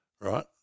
right